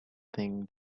thing